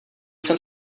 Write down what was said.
jsem